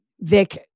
Vic